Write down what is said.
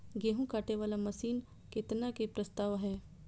गेहूँ काटे वाला मशीन केतना के प्रस्ताव हय?